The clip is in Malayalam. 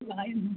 ആയിരുന്നു